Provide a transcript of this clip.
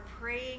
praying